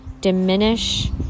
Diminish